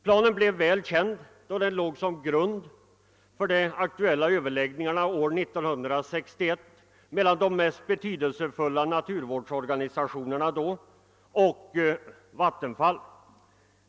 Planen blev väl känd, då den låg som grund för de bekanta överläggningarna år 1961 mellan de mest betydelsefulla naturvårdsorganisationerna och Vattenfall.